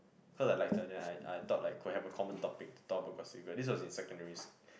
cause I liked her and then I I thought like could have a common topic to talk about Gossip Girl but this was in secondary school